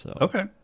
Okay